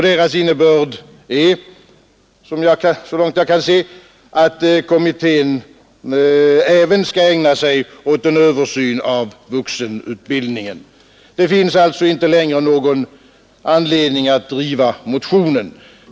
Deras innebörd är, så långt jag kan se, att kommittén även skall ägna sig åt en översyn av vuxenutbildningen. Det finns alltså inte längre någon anledning att driva motionen.